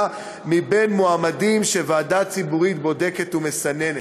מבין מועמדים שוועדה ציבורית בודקת ומסננת.